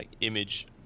image